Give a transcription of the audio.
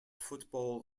football